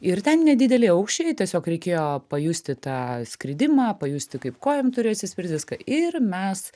ir ten nedideli aukščiai tiesiog reikėjo pajusti tą skridimą pajusti kaip kojom turi atsispirt viską ir mes